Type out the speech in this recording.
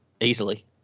easily